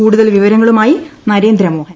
കൂടുതൽവിവരങ്ങളുമായി Narendra Mohan